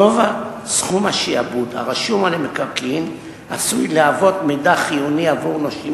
גובה סכום השעבוד הרשום על המקרקעין עשוי להוות מידע חיוני עבור נושים